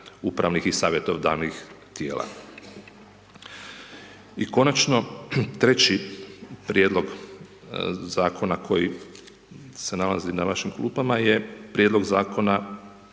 upravnih i savjetodavnih tijela. I konačno, treći prijedlog Zakona koji se nalazi na vašim klupama je prijedlog Zakona